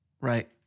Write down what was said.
Right